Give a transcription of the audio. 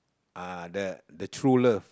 uh the the true love